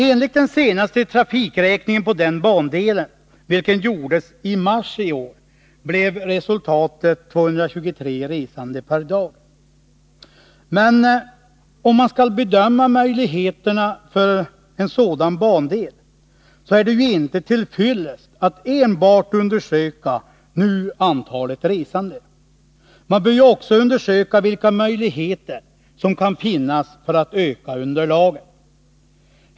Enligt den senaste trafikräkningen på den bandelen, vilken gjordes i mars i år, blev resultatet 223 resande per dag. Om man skall bedöma möjligheterna för en sådan bandel, är det ju inte till fyllest att enbart undersöka antalet resande. Man bör ju också undersöka vilka möjligheter som kan finnas för att öka underlaget.